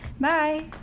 bye